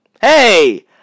hey